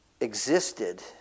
existed